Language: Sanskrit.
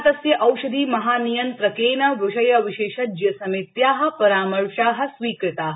भारतस्य औषधि महानियंत्रकेन विषय विशेषज समित्याः परामर्शा स्वीकृताः